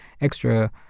extra